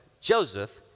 Joseph